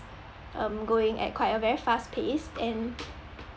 um going at quite a very fast pace and